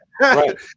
Right